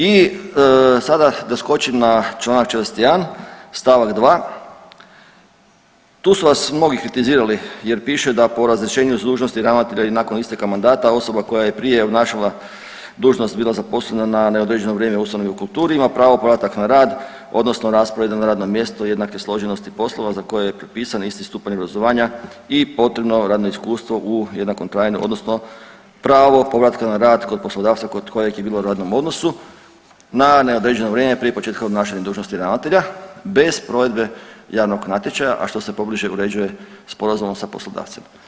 I sada da skočim na Članak 41. stavak 2., tu su vas mnogi kritizirali jer piše da po razrješenju s dužnosti ravnatelja i nakon isteka mandata osoba koja je prije obnašala dužnost i bila zaposlena na neodređeno u ustanovi u kulturi ima pravo povratak na rad odnosno rasporeda na radno mjesto jednake složenosti poslova za koje je propisan isti stupanj obrazovanja i potrebno radno iskustvo u jednakom trajanju odnosno pravo povratka na rad kod poslodavca kod kojeg je bila u radnom odnosu na neodređeno vrijeme prije početka obnašanja dužnosti ravnatelja bez provedbe javnog natječaja, a što se pobliže uređuje sporazumom sa poslodavcem.